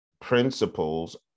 principles